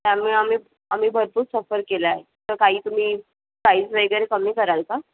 त्यामुळे आम्ही आम्ही भरपूर सफर केला आहे तर काही तुम्ही प्राईज वगैरे कमी कराल का